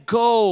go